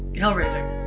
hellraiser.